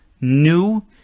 new